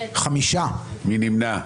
מי נמנע?